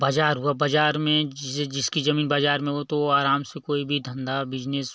बाज़ार हुआ बाज़ार में जैसे जिसकी जमीन बाज़ार में हो तो वो आराम से कोई भी धंधा बिज़नेस